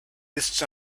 lists